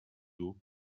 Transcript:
d’eau